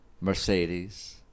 Mercedes